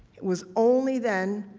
it was only then,